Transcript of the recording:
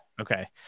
Okay